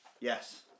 Yes